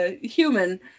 human